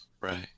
right